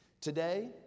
Today